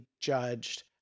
judged